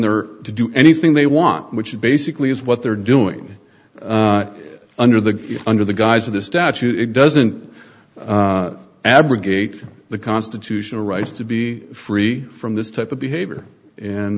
there to do anything they want which basically is what they're doing under the under the guise of the statute it doesn't abrogate the constitutional rights to be free from this type of behavior